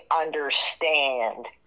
understand